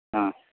ஆ